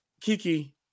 Kiki